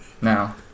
now